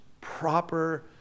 proper